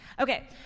Okay